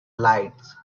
lights